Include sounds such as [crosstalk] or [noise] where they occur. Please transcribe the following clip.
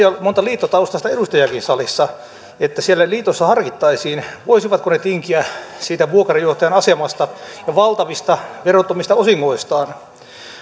[unintelligible] on monta liittotaustaista edustajaakin salissa että siellä liitoissa harkittaisiin voisivatko ne tinkiä siitä vuokrajohtajan asemasta ja valtavista verottomista osingoistaan